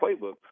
playbook